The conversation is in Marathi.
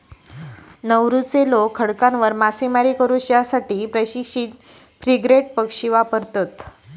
नौरूचे लोक खडकांवर मासेमारी करू साठी प्रशिक्षित फ्रिगेट पक्षी वापरतत